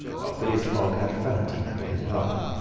while phileas fogg had fallentin for his partner.